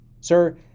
Sir